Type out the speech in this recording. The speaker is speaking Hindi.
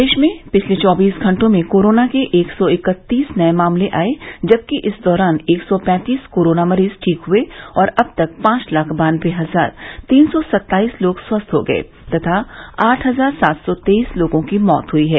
प्रदेश में पिछले चौबीस घंटों में कोरोना के एक सौ इकत्तीस नये मामले आये जबकि इस दौरान एक सौ पैंतीस कोरोना मरीज ठीक हुए और अब तक पांच लाख बान्नबे हजार तीन सौ सत्ताईस लोग स्वस्थ्य हो गये तथा आठ हजार सात सौ तेईस लोगों की मौत हुई है